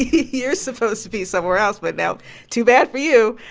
you're supposed to be somewhere else but now too bad for you.